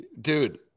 dude